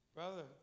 Brother